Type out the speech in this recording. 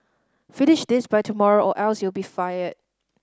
finish this by tomorrow or else you'll be fired